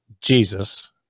Jesus